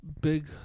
big